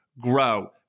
grow